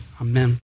amen